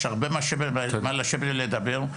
יש הרבה מה לשבת ולדבר,